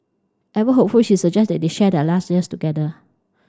ever hopeful she suggests that they share their last years together